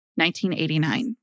1989